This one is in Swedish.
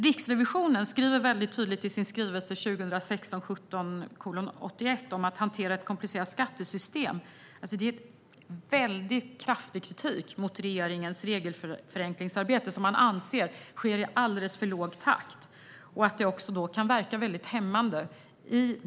Riksrevisionen skriver tydligt i sin skrivelse 2016/17:81 om att hantera ett komplicerat skattesystem, och det är mycket kraftig kritik mot regeringens regelförenklingsarbete som man anser sker i alldeles för låg takt och kan verka mycket hämmande.